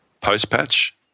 post-patch